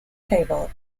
table